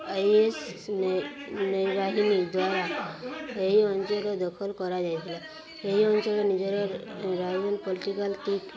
I A S ନୌବାହିନୀ ଦ୍ୱାରା ଏହି ଅଞ୍ଚଳ ଦଖଲ କରାଯାଇଥିଲା ଏହି ଅଞ୍ଚଳରେ ନିଜର ପୋଲିଟିକାଲ ଟିକ୍